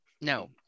No